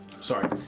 Sorry